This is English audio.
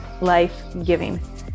life-giving